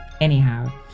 Anyhow